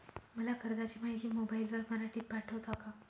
मला कर्जाची माहिती मोबाईलवर मराठीत पाठवता का?